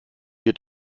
wir